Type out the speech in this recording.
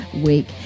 week